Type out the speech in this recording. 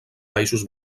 països